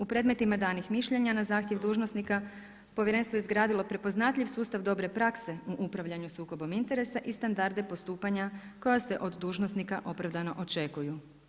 U predmetima danih mišljenja na zahtjev dužnosnika Povjerenstvo je izgradilo prepoznatljiv sustav dobre prakse u upravljanju sukobom interesa i standarde postupanja koja se od dužnosnika opravdano očekuju.